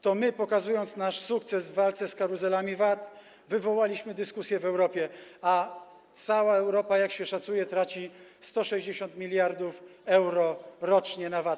To my, pokazując nasz sukces w walce z karuzelami VAT, wywołaliśmy dyskusję w Europie, a cała Europa, jak się szacuje, traci 160 mld euro rocznie na VAT.